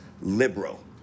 liberal